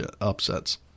upsets